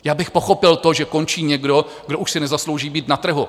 Já bych pochopil to, že končí někdo, kdo už si nezaslouží být na trhu.